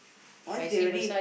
once they already